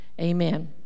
Amen